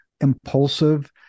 impulsive